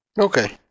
Okay